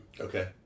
Okay